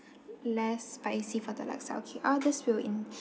less spicy for the laksa okay all these we'll in~